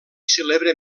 celebra